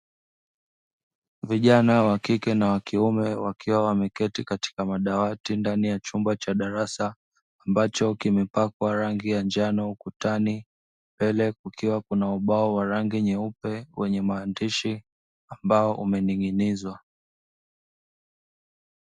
Vijana wa kike na wa kiume, wakiwa wameketi katika madawati ndani ya chumba cha darasa, ambacho kimepakwa rangi ya njano, ukutani mbele kukiwa kuna ubao wa rangi nyeupe wenye maandishi, ambao umening’inizwa.